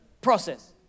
process